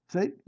See